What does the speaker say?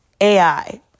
AI